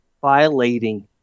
violating